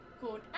called